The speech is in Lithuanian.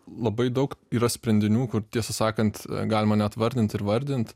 labai daug yra sprendinių kur tiesą sakant galima net vardint ir vardint